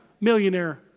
millionaire